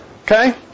Okay